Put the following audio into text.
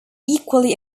equally